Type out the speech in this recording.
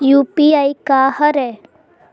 UPI का हरय?